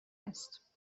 است